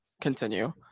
continue